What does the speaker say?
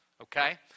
okay